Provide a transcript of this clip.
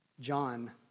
John